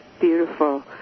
Beautiful